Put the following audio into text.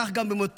וכך גם במותו: